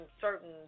certain